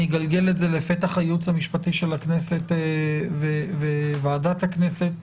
אני אגלגל את זה לפתח הייעוץ המשפטי של הכנסת וועדת הכנסת.